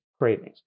cravings